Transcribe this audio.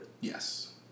Yes